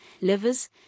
livers